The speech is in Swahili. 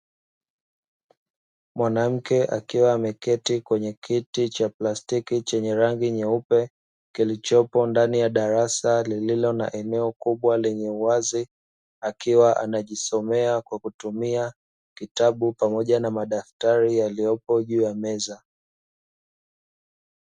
Mwanamke akiwa ameketi kwenye kiti cha plastiki chenye rangi nyeupe kilichopo ndani ya darasa lililo na eneo kubwa lenye wazi akiwa anajisomea kwa kutumia kitabu pamoja na madaktari waliopo juu ya meza.